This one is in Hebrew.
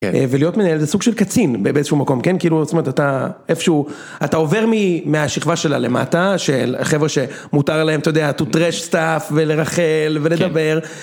ולהיות מנהל זה סוג של קצין באיזשהו מקום כן כאילו זאת אומרת אתה איפשהו אתה עובר מהשכבה של הלמטה של החבר'ה שמותר להם אתה יודע To trash stuff ולרכל ולדבר